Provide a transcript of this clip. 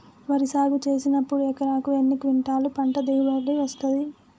వరి సాగు చేసినప్పుడు ఎకరాకు ఎన్ని క్వింటాలు పంట దిగుబడి వస్తది?